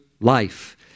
life